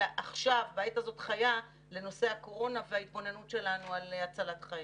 אלא עכשיו בעת הזאת לנושא הקורונה וההתבוננות שלנו על הצלת חיים.